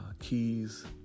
keys